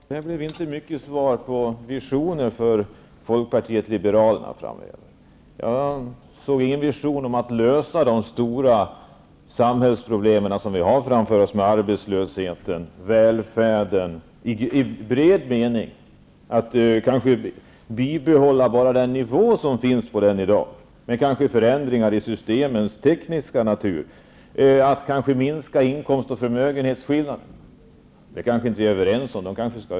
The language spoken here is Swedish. Fru talman! Det blev inte mycket till svar om Folkpartiet liberalernas visioner framöver. Jag såg ingen vision om att lösa de stora samhällsproblem som vi har framför oss när det gäller arbetslösheten och välfärden i vid mening. Man kanske kan bibehålla den nivå som välfärden har i dag men tekniskt ändra i systemen. Man kanske kan minska inkomst och förmögenhetsskillnaderna. Det är vi inte överens om.